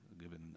given